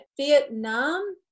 vietnam